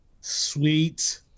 Sweet